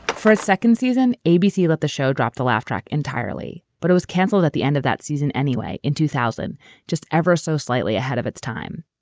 for a second season, abc let the show drop the laugh track entirely, but it was canceled at the end of that season anyway in two thousand just ever so slightly ahead of its time